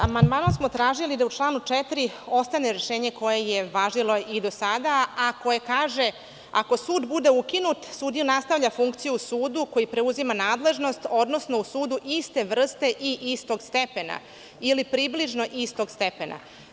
Amandmanom smo tražili da u članu 4. ostane rešenje koje je važilo i do sada, a koje kaže – ako sud bude ukinut sudija nastavlja funkciju u sudu koji preuzima nadležnost, odnosno u sudu iste vrste i istog stepena, ili približno istog stepena.